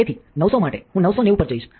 તેથી 900 માટે હું 990 પર જઇશ